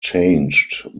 changed